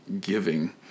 giving